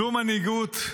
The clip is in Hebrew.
זו מנהיגות,